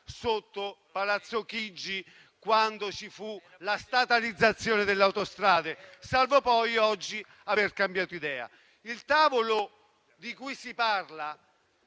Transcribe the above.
sotto Palazzo Chigi, quando ci fu la statalizzazione delle autostrade, salvo poi oggi aver cambiato idea. Il tavolo di cui si parla